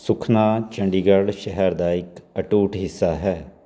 ਸੁਖਨਾ ਚੰਡੀਗੜ੍ਹ ਸ਼ਹਿਰ ਦਾ ਇੱਕ ਅਟੁੱਟ ਹਿੱਸਾ ਹੈ